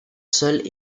seul